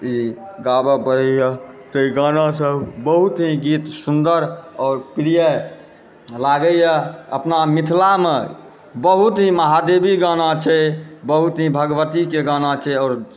ई गाबऽ पड़ैए आओर ई गानासभ बहुत ही गीत सुन्दर आओर प्रिय लागैए अपना मिथिलामे बहुत ही महादेवी गाना छै बहुत ही भगवतीके गाना छै आओर